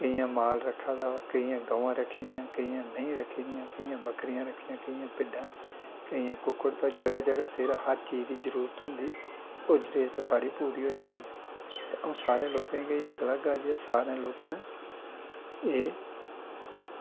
केइयें माल रक्खे दा केइयें गवां रक्खी दियां केइयें मैहीं रक्खी दियां केइयें बक्करिया रक्खी दियां केइयें भिड्डां केइयें कुक्कड़ जगह जगह सिर हर चीज़ दी जरूरत होंदी ओह् जरूरत साढ़ी पूरी होई जंदी ऐ अ'ऊं सारें लोकें गी इ'यै गलागा जे सारे लोकें एह्